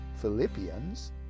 Philippians